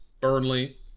Burnley